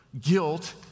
guilt